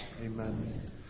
Amen